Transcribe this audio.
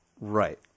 right